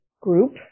group